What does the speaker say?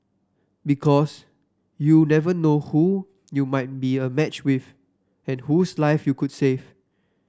because you never know who you might be a match with and whose life you could save